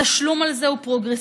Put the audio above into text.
התשלום על זה הוא פרוגרסיבי,